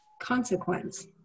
consequence